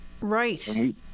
Right